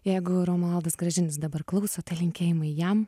jeigu romualdas gražinis dabar klauso tai linkėjimai jam